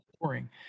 boring